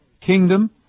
kingdom